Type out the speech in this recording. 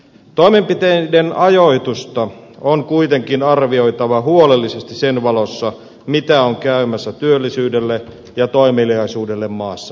toimenpiteiden ajoitusta on kuitenkin arvioitava huolellisesti sen valossa mitä on käymässä työllisyydelle ja toimeliaisuudelle maassamme